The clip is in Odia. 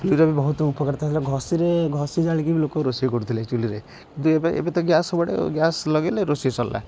ଚୁଲିରେ ବି ବହୁତ ଉପକାରିତା ଥିଲା ଘଷିରେ ଘଷି ଜାଳିକି ବି ଲୋକ ରୋଷେଇ କରୁଥିଲେ ଚୁଲିରେ କିନ୍ତୁ ଏବେ ଏବେ ତ ଗ୍ୟାସ୍ ସବୁଆଡ଼େ ଆଉ ଗ୍ୟାସ୍ ଲଗେଇଲେ ରୋଷେଇ ସରିଲା